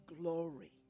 glory